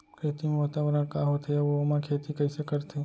कृत्रिम वातावरण का होथे, अऊ ओमा खेती कइसे करथे?